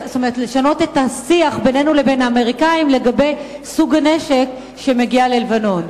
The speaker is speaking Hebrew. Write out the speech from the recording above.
השיח בינינו לבין האמריקנים לגבי סוג הנשק שמגיע ללבנון?